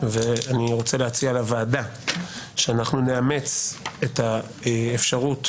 להציע לוועדה שאנחנו נאמץ את האפשרות